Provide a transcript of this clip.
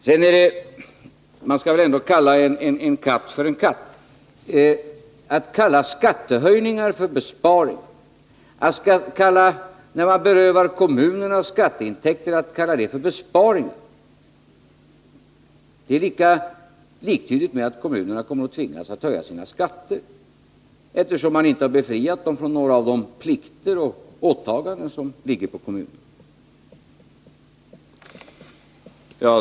Sedan skall man väl ändå kalla en katt för en katt. När man berövar kommunerna skatteintäkter kallar man det för besparingar. Men det är liktydigt med att kommunerna kommer att tvingas att höja sina skatter, eftersom man inte befriat dem från några av de plikter och åtaganden som ligger på kommunerna.